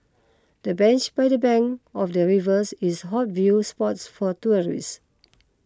the bench by the bank of the rivers is hot view spots for tourists